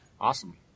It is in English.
Awesome